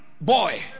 boy